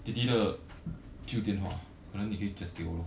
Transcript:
弟弟的旧电话可能你可以 just 给我咯